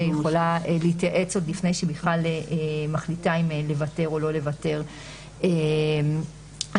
היא יכולה להתייעץ לפני שהיא מחליטה לוותר או לא לוותר על זכותה.